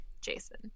Jason